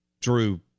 drew